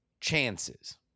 chances